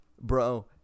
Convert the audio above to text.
bro